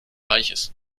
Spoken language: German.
reichs